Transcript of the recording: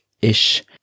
ish